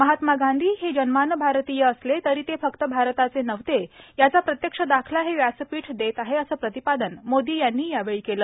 महात्मा गांधी हे जन्माने भारतीय असले तरी ते फक्त भारताचे नव्हते याचा प्रत्यक्ष दाखला हे व्यासपीठ देत आहे असं प्रतिपादन मोदी यांनी यावेळी केलं